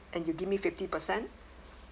and you give me fifty percent